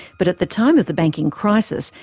but at the time of the banking crisis,